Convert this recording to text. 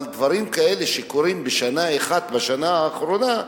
דברים כאלה שקורים בשנה אחת, בשנה האחרונה,